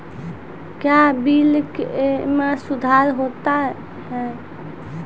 क्या बिल मे सुधार होता हैं?